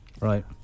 Right